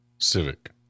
Civic